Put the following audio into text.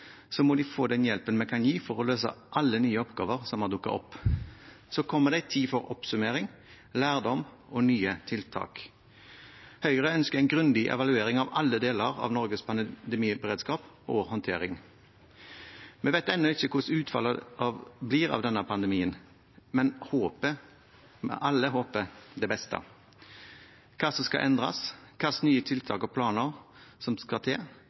må de få den hjelpen vi kan gi, for å løse alle nye oppgaver som har dukket opp. Så kommer det en tid for oppsummering, lærdom og nye tiltak. Høyre ønsker en grundig evaluering av alle deler av Norges pandemiberedskap og -håndtering. Vi vet ennå ikke hvordan utfallet av denne pandemien vil bli, men vi håper alle det beste. Hva som skal endres, og hvilke nye tiltak og planer som skal til,